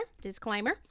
disclaimer